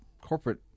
corporate